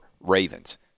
Ravens